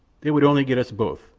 they would only get us both,